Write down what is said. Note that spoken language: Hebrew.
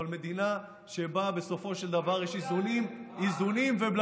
אבל מדינה שבה בסופו של דבר יש איזונים ובלמים,